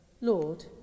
Lord